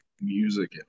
music